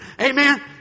Amen